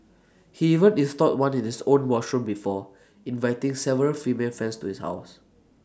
he even installed one in his own washroom before inviting several female friends to his ours